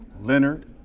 leonard